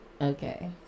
Okay